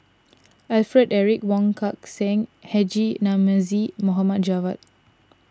Alfred Eric Wong Kan Seng Haji Namazie Mohamed Javad